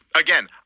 again